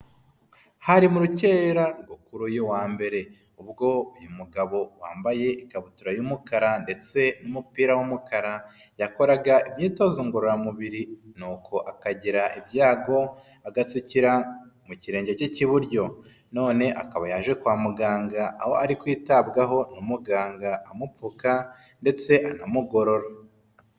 Hari mu rukera rwo kuri uyu wa mbere, ubwo uyu mugabo wambaye ikabutura y'umukara ndetse n'umupira w'umukara yakoraga imyitozo ngororamubiri nuko akagira ibyago agatsikira mu kirenge cye cy'iburyo. None akaba yaje kwa muganga aho ari kwitabwaho na muganga amupfuka ndetse anamugorora.